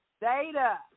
Data